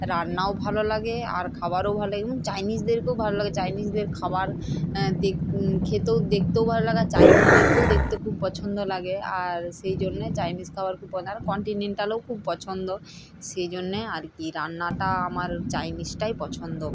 রান্নাও ভালো লাগে আর খাবারও ভালো লাগে এবং চাইনিজদেরকেও ভালো লাগে চাইনিজদের খাবার খেতেও দেখতেও ভালো লাগে আর চাইনিজদেরকেও দেখতে খুব পছন্দ লাগে আর সেই জন্যে চাইনিজ খাবার খুব পছন্দ আবার কন্টিনেন্টালও খুব পছন্দ সেই জন্য আর কী রান্নাটা আমার চাইনিজটাই পছন্দ